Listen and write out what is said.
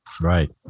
Right